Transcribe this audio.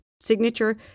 signature